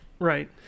Right